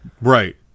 right